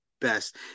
best